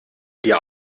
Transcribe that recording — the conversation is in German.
dir